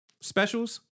specials